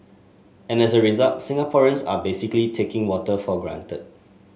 and as a result Singaporeans are basically taking water for granted